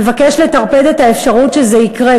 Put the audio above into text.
מבקש לטרפד את האפשרות שזה יקרה.